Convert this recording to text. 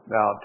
Now